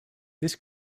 this